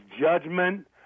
judgment